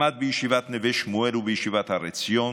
למד בישיבת נווה שמואל ובישיבת הר עציון.